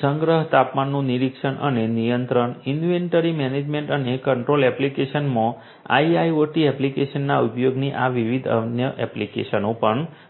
સંગ્રહ તાપમાનનું નિરીક્ષણ અને નિયંત્રણ ઈન્વેન્ટરી મેનેજમેન્ટ અને કંટ્રોલ એપ્લીકેશનમાં આઈઆઈઓટી એપ્લીકેશનના ઉપયોગની આ વિવિધ અન્ય એપ્લિકેશનો પણ છે